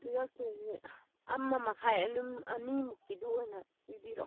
ꯄꯤꯔꯛꯇꯣꯏꯁꯦ ꯑꯃꯃꯈꯥꯏ ꯑꯗꯨꯝ ꯑꯅꯤꯃꯨꯛꯀꯤꯗꯨ ꯑꯣꯏꯅ ꯄꯤꯕꯤꯔꯣ